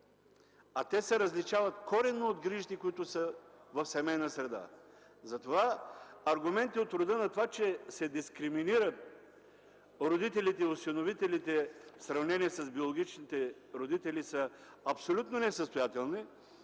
а те се различават коренно от грижите, които са в семейна среда. Затова аргументи от рода на това, че се дискриминират родителите-осиновителите в сравнение с биологичните родители са абсолютно несъстоятелни,